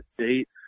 State